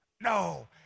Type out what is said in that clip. No